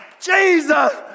Jesus